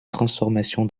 transformation